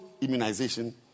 immunization